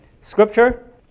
Scripture